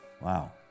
Wow